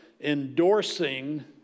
endorsing